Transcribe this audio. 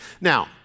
Now